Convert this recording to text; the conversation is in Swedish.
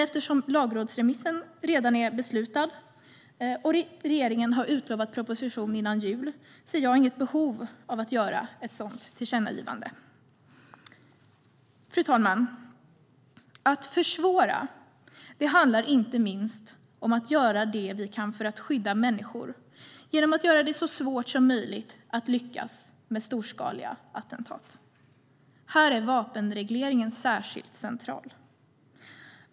Eftersom lagrådsremissen redan är beslutad och regeringen har utlovat en proposition före jul ser jag inget behov av att göra ett sådant tillkännagivande. Fru talman! Att försvåra handlar inte minst om att göra det vi kan för att skydda människor genom att göra det så svårt som möjligt att lyckas med storskaliga attentat. Här är vapenregleringen särskilt central.